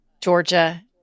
Georgia